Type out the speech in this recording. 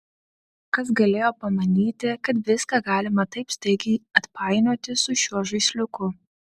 kas galėjo pamanyti kad viską galima taip staigiai atpainioti su šiuo žaisliuku